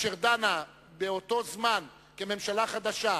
אשר דנה באותו זמן כממשלה חדשה,